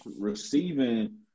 receiving